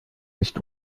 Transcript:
nicht